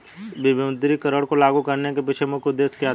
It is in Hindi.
विमुद्रीकरण को लागू करने के पीछे मुख्य उद्देश्य क्या थे?